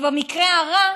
ובמקרה הרע,